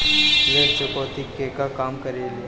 ऋण चुकौती केगा काम करेले?